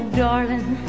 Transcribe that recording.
darling